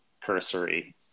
cursory